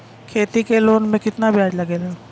खेती के लोन में कितना ब्याज लगेला?